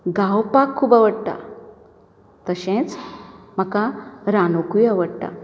गावपाक खूब आवडटा तशेंच म्हाका रांदुंकूय आवडटा